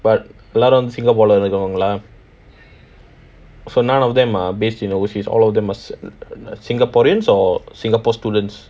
but எல்லாரும்:ellarum singapore lah இருந்தவங்களா:irunthawangalaa so none of them are based in overseas all of them are singaporeans or singapore students